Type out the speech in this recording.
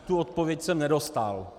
Tu odpověď jsem nedostal.